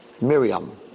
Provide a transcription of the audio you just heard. Miriam